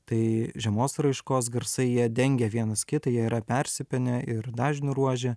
tai žemos raiškos garsai jie dengia vienas kitą jie yra persipynę ir dažnių ruože